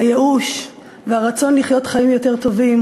הייאוש והרצון לחיות חיים יותר טובים